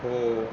ਹੋ